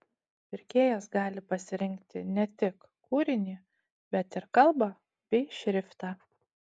pirkėjas gali pasirinkti ne tik kūrinį bet ir kalbą bei šriftą